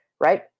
right